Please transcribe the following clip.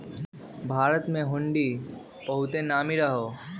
भारत में हुंडी बहुते नामी रहै